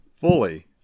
fully